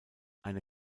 eine